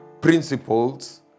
principles